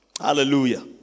Hallelujah